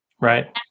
Right